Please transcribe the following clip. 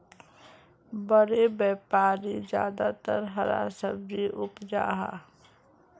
बड़े व्यापारी ज्यादातर हरा सब्जी उपजाहा